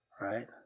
Right